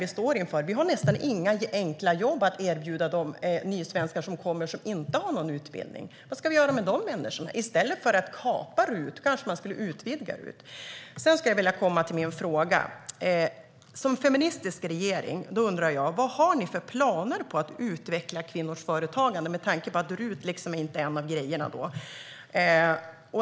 Vi har nästan inga enkla jobb att erbjuda de nysvenskar som inte har någon utbildning. Vad ska vi göra med de människorna? I stället för att kapa RUT kanske man skulle utvidga RUT. Sedan skulle jag vilja komma till min fråga: Vad har den feministiska regeringen för planer på att utveckla kvinnors företagande? Det undrar jag med tanke på att RUT inte är en av grejerna.